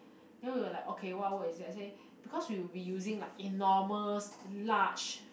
then we were like okay what word is that I say because we will be using like enormous large